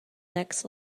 next